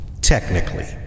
Technically